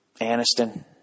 Aniston